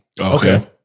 Okay